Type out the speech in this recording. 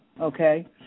okay